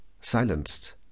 Silenced